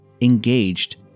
engaged